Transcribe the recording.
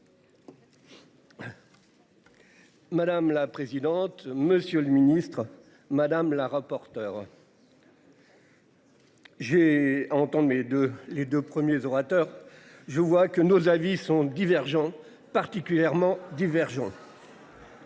Madame la présidente. Monsieur le Ministre, madame la rapporteure. J'ai entendu mais de les deux premiers orateurs. Je vois que nos avis sont divergents particulièrement divergent.